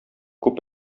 күп